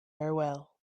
farewell